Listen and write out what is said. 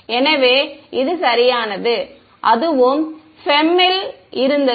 எனவே இது சரியானது அதுவும் FEM இல் இருந்தது